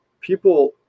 people